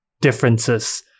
Differences